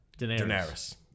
Daenerys